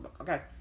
okay